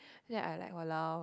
ya I like !walao!